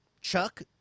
Chuck